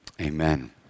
Amen